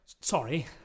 sorry